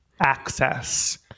access